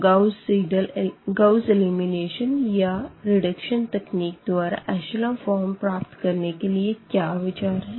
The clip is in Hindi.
तो गाउस एलिमिनेशन या रिडक्शन तकनीक द्वारा एशलों फॉर्म प्राप्त करने के लिए क्या विचार है